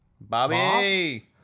Bobby